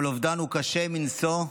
כל אובדן הוא קשה מנשוא.